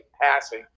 passing